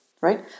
right